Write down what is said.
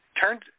turned